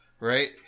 Right